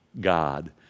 God